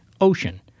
ocean